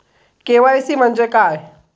KYC म्हणजे काय?